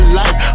life